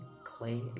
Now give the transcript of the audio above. clay